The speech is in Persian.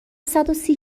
صدوسی